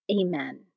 Amen